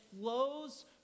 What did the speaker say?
flows